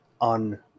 on